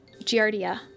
Giardia